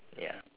ya